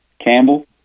Campbell